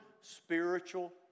spiritual